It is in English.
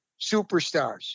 superstars